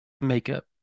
makeup